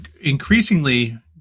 increasingly